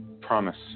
promise